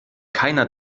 keiner